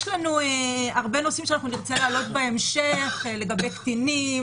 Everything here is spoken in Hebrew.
יש לנו הרבה נושאים שנרצה להעלות בהמשך נרצה להתייחס לקטינים,